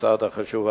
במוסד החשוב הזה.